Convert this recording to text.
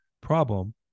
problem